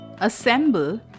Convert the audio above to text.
assemble